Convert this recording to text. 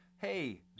hey